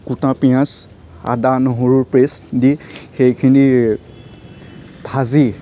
কুটা পিঁয়াজ আদা নহৰু পেষ্ট দি সেইখিনি ভাজি